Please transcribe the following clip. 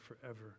forever